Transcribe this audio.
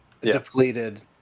depleted